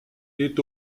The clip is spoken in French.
est